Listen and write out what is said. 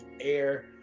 air